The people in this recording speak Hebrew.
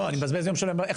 איך